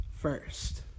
first